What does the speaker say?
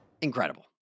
Incredible